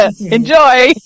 Enjoy